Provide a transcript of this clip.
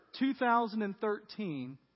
2013